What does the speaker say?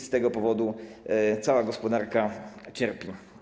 Z tego powodu cała gospodarka cierpi.